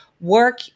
work